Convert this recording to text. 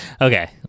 Okay